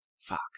Fuck